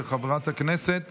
של חברת הכנסת